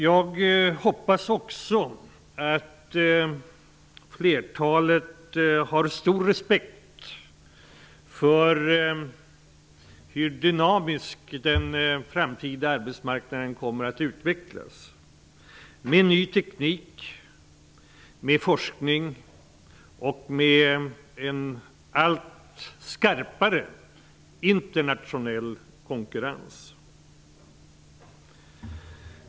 Jag hoppas också att flertalet kommer att ha stor respekt för arbetsmarknadens framtida dynamiska utveckling med ny teknik, forskning och med en allt skarpare internationell konkurrens.